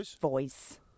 voice